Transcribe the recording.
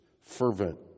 fervent